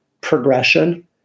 progression